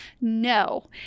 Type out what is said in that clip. No